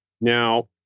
Now